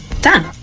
Done